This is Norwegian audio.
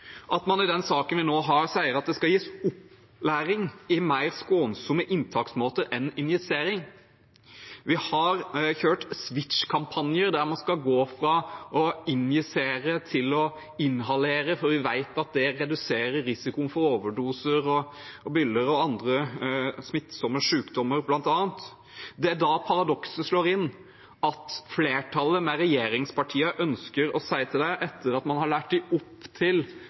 at man i den saken vi nå har, sier at det skal gis opplæring i mer skånsomme inntaksmåter enn injisering. Vi har kjørt SWITCH-kampanjer, der man skal gå fra å injisere til å inhalere, for vi vet at det reduserer risikoen for overdoser, byller og andre smittsomme sykdommer, bl.a. Det er da paradokset slår inn, at flertallet, med regjeringspartiene, ønsker å si til dem etter at man har lært dem opp til